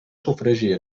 sofregir